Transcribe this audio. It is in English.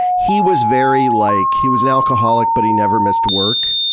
he was very, like, he was an alcoholic but he never missed work.